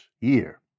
year